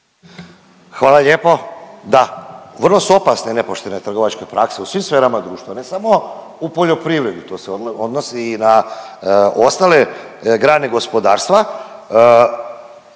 Hvala lijepo. Da. Vrlo su opasne nepoštene trgovačke prakse u svim sferama društva, ne samo u poljoprivredi, to se odnosi i na ostale grane gospodarstva.